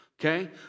Okay